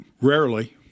Rarely